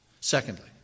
Secondly